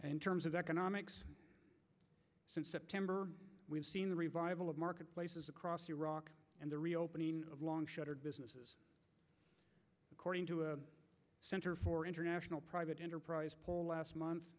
and terms of economics since september we've seen the revival of marketplaces across iraq and the reopening of long shuttered businesses according to a center for international private enterprise last month